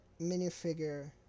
minifigure